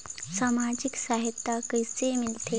समाजिक सहायता कइसे मिलथे?